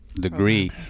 degree